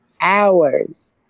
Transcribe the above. hours